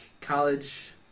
college